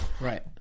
Right